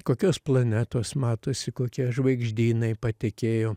kokios planetos matosi kokie žvaigždynai patekėjo